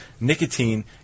nicotine